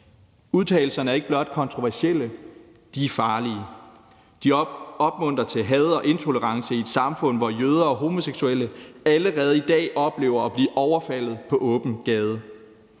Udtalelserne er ikke blot kontroversielle – de er farlige. De opmuntrer til had og intolerance i et samfund, hvor jøder og homoseksuelle allerede i dag oplever at blive overfaldet på åben gade.